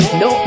no